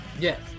Yes